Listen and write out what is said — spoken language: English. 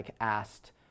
asked